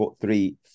three